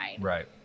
Right